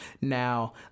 Now